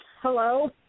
Hello